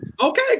Okay